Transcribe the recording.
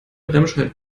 remscheid